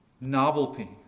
novelty